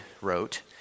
wrote